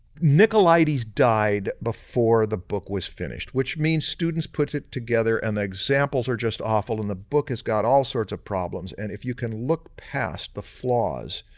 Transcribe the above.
nicolaides died before the book was finished, which means students put it together and the examples are just awful and the book has got all sorts of problems and if you can look past the flaws